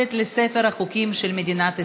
47 חברי כנסת בעד, אין מתנגדים, אין נמנעים.